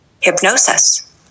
Hypnosis